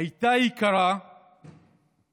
הייתה יקרה מאוד.